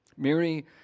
Mary